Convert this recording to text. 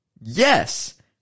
yes